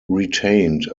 retained